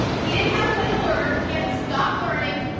he didn't have a way to learn. he had to stop learning,